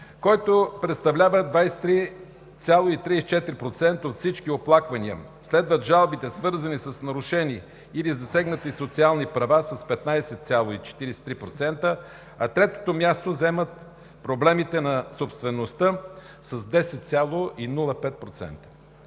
който представлява 23,34% от всички оплаквания, следват жалбите, свързани с нарушени или засегнати социални права с 15,43%, а третото място заемат проблемите на собствеността с 10,05%.“